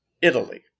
Italy